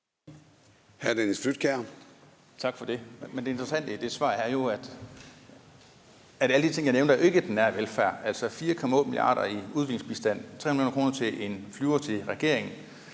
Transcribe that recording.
Tak for det. Det interessante i det svar er jo, at alle de ting, jeg nævnte, ikke er i den nære velfærd. Altså, det er 4,8 mia. kr. i udviklingsbistand og 300 mio. kr. til en flyver til regeringen.